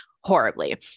horribly